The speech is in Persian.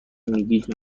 میگید